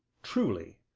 truly,